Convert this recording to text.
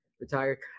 retired